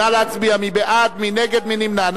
נא להצביע, מי בעד, מי נגד, מי נמנע.